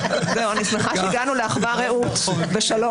אני שמחה שהגענו לאחווה ורעות בשלום